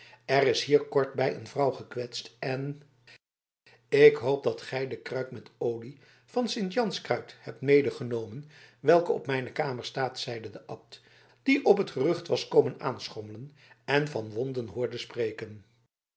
er is hier kortbij een vrouw gekwetst en ik hoop dat gij de kruik met olie van sint janskruid hebt medegenomen welke op mijne kamer staat zeide de abt die op het gerucht was komen aanschommelen en van wonden hoorde spreken